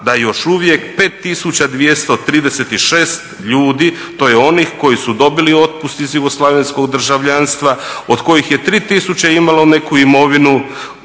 da još uvijek 5236 ljudi to je onih koji su dobili otpust iz jugoslavenskog državljanstva od kojih je 3 tisuće imalo neku imovinu,